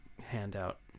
handout